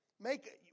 Make